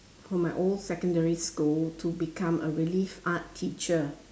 for my old secondary school to become a relief art teacher